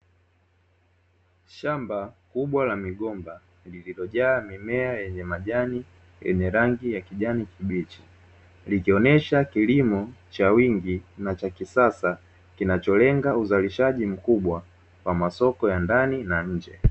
Shamba kubwa la migomba lililojaa mimea yenye majani yenye rangi ya kijani kibichi, likionyesha kilimo cha wingi na cha kisasa kinacholenga uzalishaji mkubwa wa masoko ya ndani na nje.